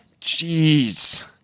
Jeez